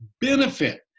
benefit